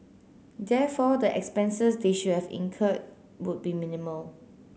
therefore the expenses they should have incurred would be minimal